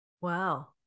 wow